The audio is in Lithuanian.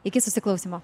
iki susiklausymo